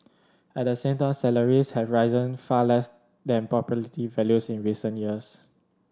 at the same time salaries have risen far less than property values in recent years